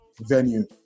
venue